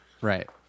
right